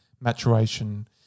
maturation